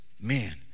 man